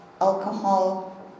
alcohol